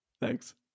Thanks